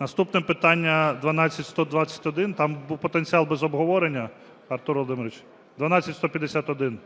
Наступне питання 12121. Там був потенціал, без обговорення, Артур Володимирович? 12151.